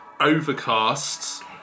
Overcasts